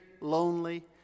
lonely